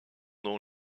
dans